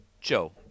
Joe